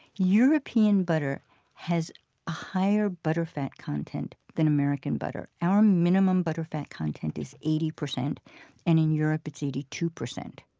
european butter has a higher butterfat content than american butter. our minimum butterfat content is eighty percent and in europe, it's eighty two percent.